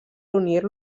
unir